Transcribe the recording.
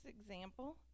example